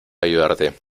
ayudarte